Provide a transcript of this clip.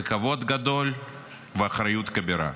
זה כבוד גדול ואחריות כבירה.